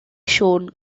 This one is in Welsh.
siôn